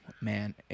Man